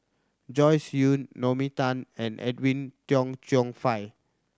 Joyce Jue Naomi Tan and Edwin Tong Chun Fai